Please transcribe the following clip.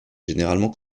généralement